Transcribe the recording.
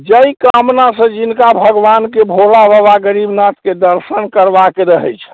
जै कामनासँ जिनका भगवानके भोला बाबा गरीबनाथके दर्शन करबाके रहै छनि